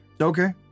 Okay